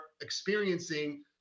experiencing